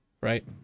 right